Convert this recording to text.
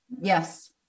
Yes